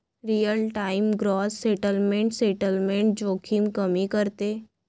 real time gross settlement settlement जोखीम कमी करते